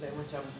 like macam